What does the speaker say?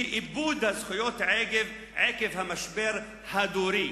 היא איבוד הזכויות עקב המשבר הדורי.